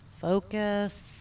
focus